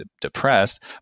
depressed